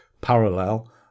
parallel